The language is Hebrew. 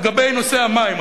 לגבי נושא המים,